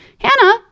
Hannah